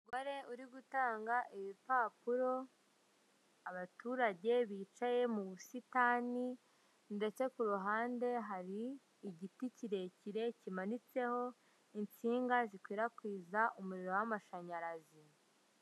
Umugore uri gutanga ibipapuro, abaturage bicaye mu busitani ndetse k'uruhande hari igiti kirekire kimanitseho itsinga zikwirakwiza umuriro w'amashanyarazi.